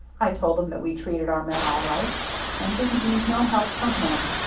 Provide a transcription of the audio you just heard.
i told him that we treated our men all right and didn't need no help from him,